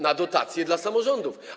Na dotacje dla samorządów.